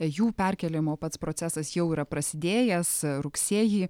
jų perkėlimo pats procesas jau yra prasidėjęs rugsėjį